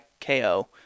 KO